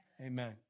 Amen